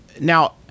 Now